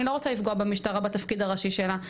אני לא רוצה לפגוע במשטרה בתפקיד הראשי שלה.